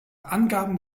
angaben